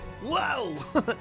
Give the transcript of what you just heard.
Whoa